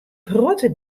protte